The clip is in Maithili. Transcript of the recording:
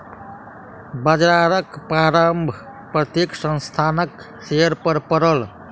बजारक प्रभाव प्रत्येक संस्थानक शेयर पर पड़ल